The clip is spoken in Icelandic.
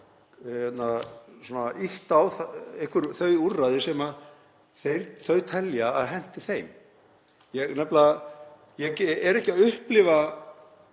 þá ýtt á einhver þau úrræði sem þeir telja að henti þeim. Ég er ekki að upplifa